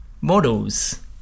Models